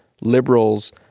liberals